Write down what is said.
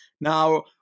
Now